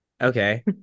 okay